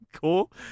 Cool